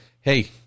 Hey